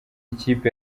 ikipe